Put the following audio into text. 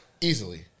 easily